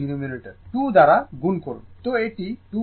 সুতরাং যেখানে পাওয়ার থাকবে সেখানে কোনও পাওয়ার থাকবে না